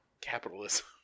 capitalism